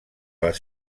les